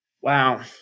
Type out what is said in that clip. Wow